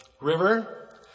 river